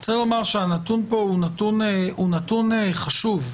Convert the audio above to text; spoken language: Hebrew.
פה הוא נתון חשוב.